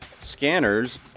scanners